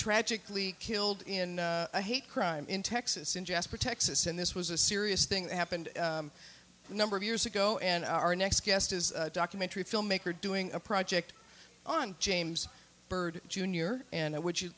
tragically killed in a hate crime in texas in jasper texas and this was a serious thing that happened a number of years ago and our next guest is a documentary filmmaker doing a project on james byrd jr and how would you